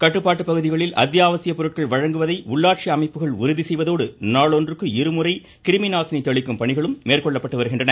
கட்டுப்பாட்டு பகுதிகளில் அத்தியாவசியப் பொருட்கள் வழங்குவதை உள்ளாட்சி அமைப்புகள் உறுதி செய்வதோடு நாளொன்றுக்கு இருமுறை கிருமிநாசினி தெளிக்கும் பணிகளும் மேற்கொள்ளப்பட்டு வருகிறது